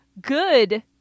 good